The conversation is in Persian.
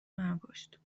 منوکشت